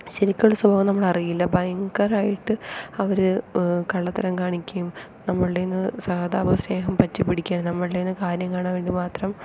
ശെരിക്കും ഉള്ള സ്വഭാവം നമ്മൾ അറിയില്ല ഭയങ്കരമായിട്ട് അവര് കള്ളത്തരം കാണിക്കുകയും നമ്മളുടെ കയ്യിൽ നിന്നും സഹതാപം സ്നേഹം പറ്റി പിടിക്കാനും നമ്മുടെ കയ്യിൽ നിന്ന് കാര്യം കാണാൻ വേണ്ടി മാത്രം